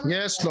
Yes